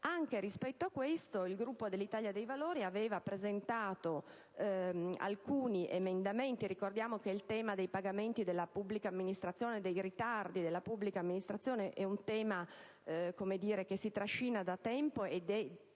Anche rispetto a questo, il Gruppo dell'Italia dei Valori aveva presentato alcuni emendamenti (ricordiamo che quello dei pagamenti e dei ritardi della pubblica amministrazione è un tema che si trascina da tempo ed è peraltro